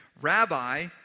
Rabbi